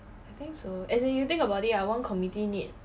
I think so as in you think about it ah one community need